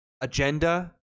agenda